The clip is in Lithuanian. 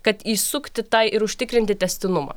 kad įsukti tą ir užtikrinti tęstinumą